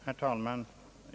Herr talman!